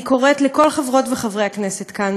אני קוראת לכל חברות וחברי הכנסת כאן,